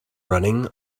running